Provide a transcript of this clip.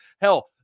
hell